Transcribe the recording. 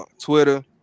twitter